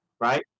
right